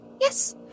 Yes